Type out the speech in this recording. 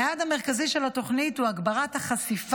היעד המרכזי של התוכנית הוא הגברת החשיפה